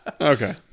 Okay